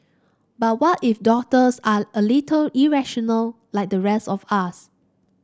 but what if doctors are a little irrational like the rest of us